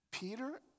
Peter